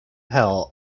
hell